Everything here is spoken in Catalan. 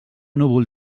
núvol